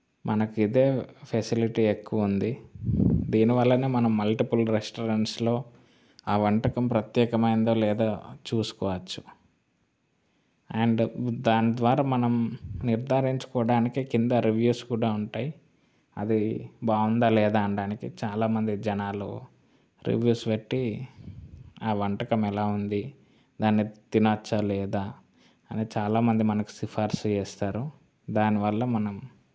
మనకి ఇదే ఫెసిలిటీ ఎక్కువ ఉంది దీనివల్లనే మనం మల్టిపుల్ రెస్టారెంట్స్లో ఆ వంటకం ప్రత్యేకమైందో లేదో చూసుకోవచ్చు అండ్ దాని ద్వారా మనం నిర్ధారించుకోవడానికి కింద రివ్యూస్ కూడా ఉంటాయి అది బాగుందా లేదా అనడానికి చాలామంది జనాలు రివ్యూస్ పెట్టి ఆ వంటకం ఎలా ఉంది దాన్ని తినచ్చా లేదా అని చాలామంది మనకు సిఫార్సు చేస్తారు దానివల్ల మనం